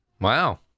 Wow